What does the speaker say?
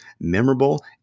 memorable